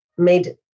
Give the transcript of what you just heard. made